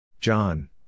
John